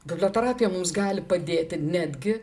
biblioterapija mums gali padėti netgi